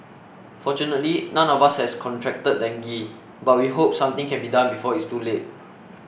fortunately none of us has contracted dengue but we hope something can be done before it's too late